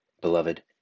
Beloved